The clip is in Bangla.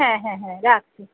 হ্যাঁ হ্যাঁ হ্যাঁ রাখছি